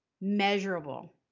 measurable